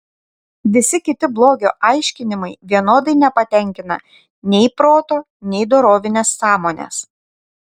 visi kiti blogio aiškinimai vienodai nepatenkina nei proto nei dorovinės sąmonės